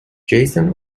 jason